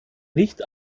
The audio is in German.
nicht